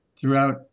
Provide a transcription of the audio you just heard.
throughout